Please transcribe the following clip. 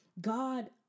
God